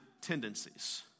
tendencies